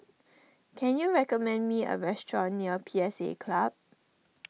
can you recommend me a restaurant near P S A Club